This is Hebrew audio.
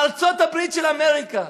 ארצות-הברית של אמריקה,